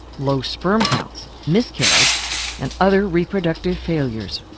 low sperm counts, miscarriage and other reproductive failures.